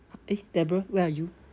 eh deborah where are you